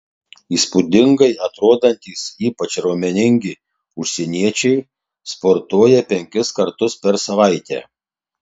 įspūdingai atrodantys ypač raumeningi užsieniečiai sportuoja penkis kartus per savaitę